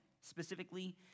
specifically